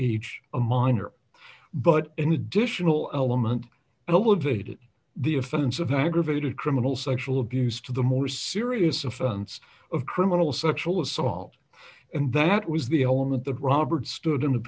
h h a minor but an additional element elevated the offense of aggravated criminal sexual abuse to the more serious offense of criminal sexual assault and that was the element that robert stood in a